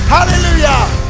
Hallelujah